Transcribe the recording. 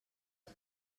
que